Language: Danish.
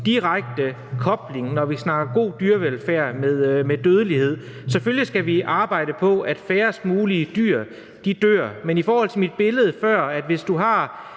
dødelighed, når vi snakker god dyrevelfærd. Selvfølgelig skal vi arbejde på, at færrest mulige dyr dør, men det skal ses i forhold til mit billede fra før. Hvis du har